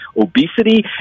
obesity